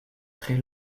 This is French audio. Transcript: très